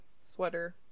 Sweater